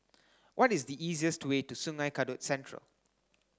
what is the easiest way to Sungei Kadut Central